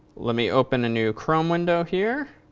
let me open a new chrome window here.